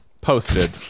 posted